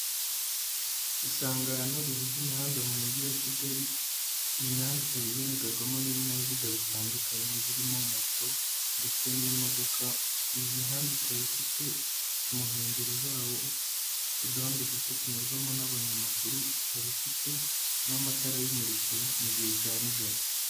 Isangano rihuza imihanda mu mujyi wa Kigali, iyi mihanda ikaba igaragarwamo n'ibinyabiziga bitandukanye birimo moto ndetse n'imodoka, iyi mihanda ikaba ifite mu nkengero zawo uduhanda duto tunyurwamo n'abanyamaguru, ikaba ifite n'amatara ayimurikira mu gihe cya nijoro.